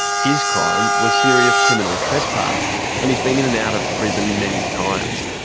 his crime was serious criminal trespass and he's been in and out of prison many times.